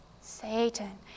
Satan